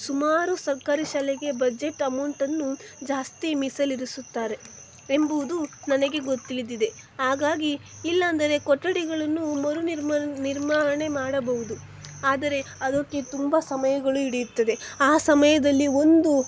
ಸುಮಾರು ಸರ್ಕಾರಿ ಶಾಲೆಗೆ ಬಜೆಟ್ ಅಮೌಂಟನ್ನು ಜಾಸ್ತಿ ಮೀಸಲಿರಿಸುತ್ತಾರೆ ಎಂಬುವುದು ನನಗೆ ಗೊತ್ ತಿಳಿದಿದೆ ಹಾಗಾಗಿ ಇಲ್ಲಂದರೆ ಕೊಠಡಿಗಳನ್ನೂ ಮರು ನಿರ್ಮಲ್ ನಿರ್ಮಾಣ ಮಾಡಬಹುದು ಆದರೆ ಅದಕ್ಕೆ ತುಂಬ ಸಮಯಗಳು ಹಿಡಿಯುತ್ತದೆ ಆ ಸಮಯದಲ್ಲಿ ಒಂದು